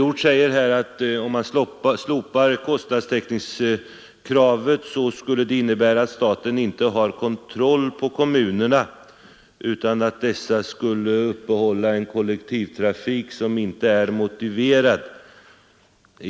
Om man slopar kostnadstäckningskravet, säger herr Hjorth, skulle det innebära att staten inte har kontroll över kommunerna utan att dessa skulle upprätthålla en kollektivtrafik som inte är motiverad.